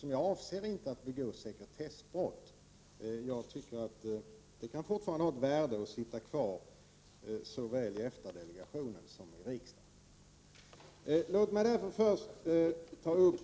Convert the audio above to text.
Jag avser nämligen inte att begå sekretessbrott — jag tycker att det fortfarande kan ha ett värde att sitta kvar i såväl EFTA-delegationen som i riksdagen. Låt mig först ta upp